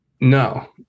No